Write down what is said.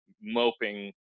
moping